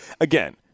again